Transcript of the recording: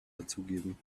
dazugeben